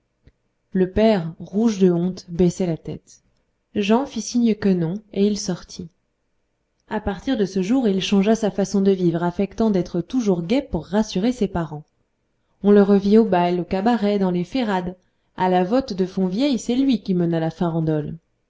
le père rouge de honte baissait la tête jan fit signe que non et il sortit à partir de ce jour il changea sa façon de vivre affectant d'être toujours gai pour rassurer ses parents on le revit au bal au cabaret dans les ferrades à la vote de fonvieille c'est lui qui mena la farandole